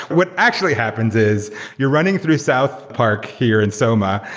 what actually happens is you're running through south park here in soma,